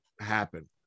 happen